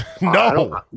No